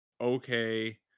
okay